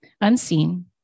Unseen